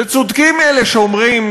וצודקים אלה שאומרים,